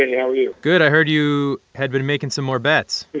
are yeah you? good. i heard you had been making some more bets